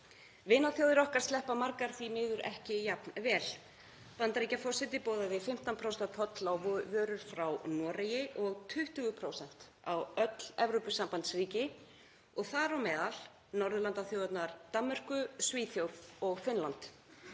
Vinaþjóðir okkar sleppa margar því miður ekki jafn vel. Bandaríkjaforseti boðaði 15% af toll á vörur frá Noregi og 20% á öll Evrópusambandsríki, þar á meðal Norðurlandaþjóðirnar Danmörku, Svíþjóð og Finnland.